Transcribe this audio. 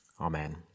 Amen